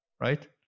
Right